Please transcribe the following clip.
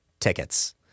Tickets